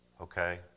okay